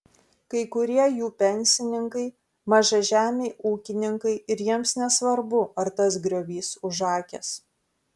kai kurie jų pensininkai mažažemiai ūkininkai ir jiems nesvarbu ar tas griovys užakęs